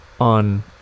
on